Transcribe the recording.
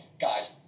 guys